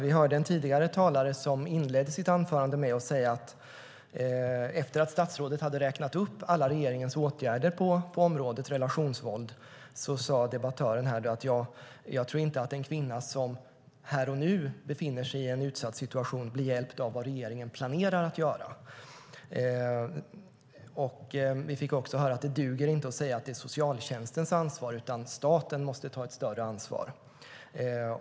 Vi hörde en tidigare talare inleda sitt anförande, efter att statsrådet hade räknat upp alla regeringens åtgärder på området relationsvåld, med att säga att hon inte trodde att en kvinna som här och nu befinner sig i en utsatt situation blir hjälpt av vad regeringen planerar att göra. Vi fick också höra att det inte duger att säga att det är socialtjänstens ansvar, utan staten måste ta ett större ansvar.